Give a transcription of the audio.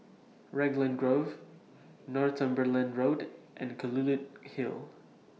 Raglan Grove Northumberland Road and Kelulut Hill